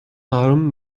آروم